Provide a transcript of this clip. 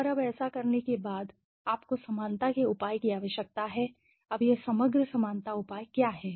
तो अब ऐसा करने के बाद आपको समानता के उपाय की आवश्यकता है अब यह समग्र समानता उपाय क्या है